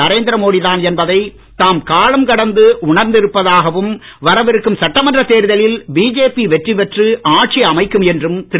நரேந்திர மோடி தான் என்பதை தாம் காலம் கடந்து உணர்ந்திருப்பதாகவும் வரவிருக்கும் சட்டமன்றத் தேர்தவில் பிஜேபி வெற்றி பெற்று ஆட்சி அமைக்கும் என்றும் திரு